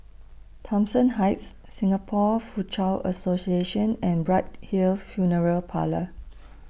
Thomson Heights Singapore Foochow Association and Bright Hill Funeral Parlour